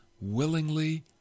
willingly